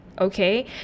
Okay